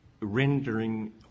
rendering